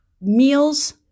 meals